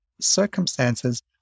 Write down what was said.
circumstances